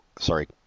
Sorry